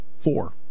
Four